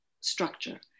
structure